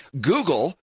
Google